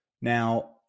Now